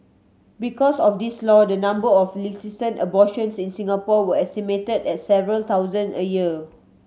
because of this law the number of illicit abortions in Singapore were estimated at several thousands a year